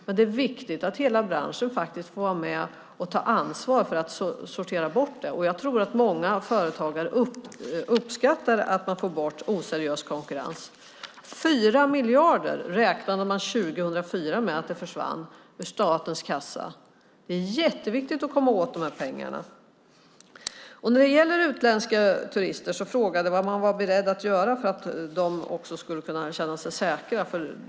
Det är dock viktigt att hela branschen får vara med och ta ansvar för att sortera bort det, och jag tror att många företagare uppskattar att man får bort oseriös konkurrens. År 2004 räknade man med att 4 miljarder försvann ur statens kassa. Det är jätteviktigt att komma åt de pengarna. När det gäller utländska turister är frågan vad man var beredd att göra för att de skulle kunna känna sig säkra.